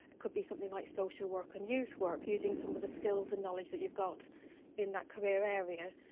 ah could be something like social work and youth work, using some of the skills and knowledge that you've got in that career area.